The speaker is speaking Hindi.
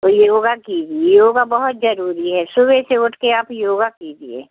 योग कीजिए योग बोहौत ज़रूरी है सुबह से उठ कर आप योग कीजिए